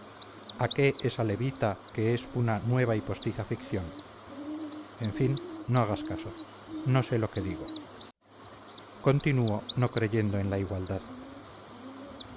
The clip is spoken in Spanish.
a qué esa levita que es una nueva y postiza ficción en fin no hagas caso no sé lo que digo continúo no creyendo en la igualdad